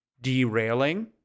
derailing